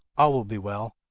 all will be well.